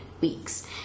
weeks